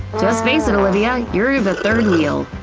just face it olivia, you're the third wheel.